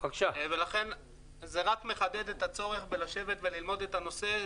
--- לכן זה רק מחדד את הצורך בלשבת וללמוד את הנושא,